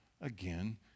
again